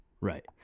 Right